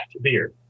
beer